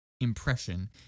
impression